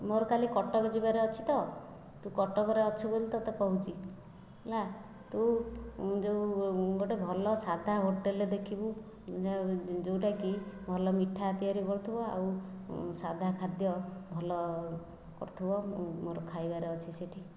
ମୋର କାଲି କଟକ ଯିବାର ଅଛି ତ ତୁ କଟକରେ ଅଛୁ ବୋଲି ତୋତେ କହୁଛି ହେଲା ତୁ ଯେଉଁ ଗୋଟିଏ ଭଲ ସାଧା ହୋଟେଲ ଦେଖିବୁ ଯେଉଁଟାକି ଭଲ ମିଠା ତିଆରି କରୁଥିବ ଆଉ ସାଧା ଖାଦ୍ୟ ଭଲ କରୁଥିବ ମୋର ଖାଇବାର ଅଛି ସେଇଠି